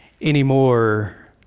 anymore